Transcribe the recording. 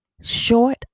short